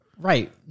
right